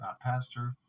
pastor